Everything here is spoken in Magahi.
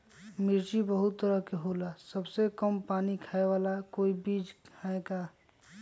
मिर्ची बहुत तरह के होला सबसे कम पानी खाए वाला कोई बीज है का?